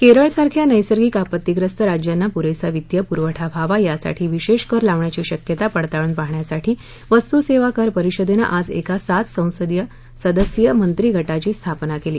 केरळ सारख्या नैसर्गिक आपत्तीप्रस्त राज्यांना पुरेसा वित्तीय पुरवठा व्हावा यासाठी विशेष कर लावण्याची शक्यता पडताळून पाहण्यासाठी वस्तु सेवा कर परिषदेनं आज एका सात सदस्यीय मंत्री गटाची स्थपना केली